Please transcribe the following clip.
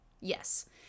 yes